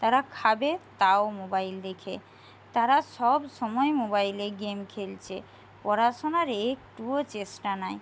তারা খাবে তাও মোবাইল দেখে তারা সবসময় মোবাইলে গেম খেলছে পড়াশোনার একটুও চেষ্টা নাই